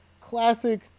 classic